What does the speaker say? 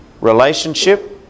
relationship